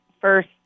first